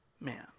man